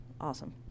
Awesome